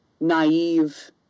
naive